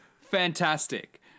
fantastic